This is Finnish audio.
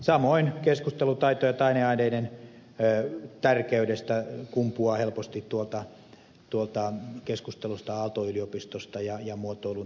samoin keskustelu taito ja taideaineiden tärkeydestä kumpuaa helposti tuolta aalto yliopistoa ja muotoilun tärkeyttä koskevasta keskustelusta